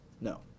No